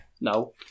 No